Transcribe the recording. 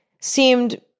seemed